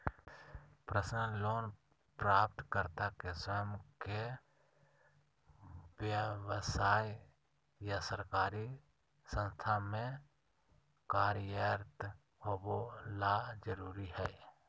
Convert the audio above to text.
personal loan प्राप्तकर्ता के स्वयं के व्यव्साय या सरकारी संस्था में कार्यरत होबे ला जरुरी हइ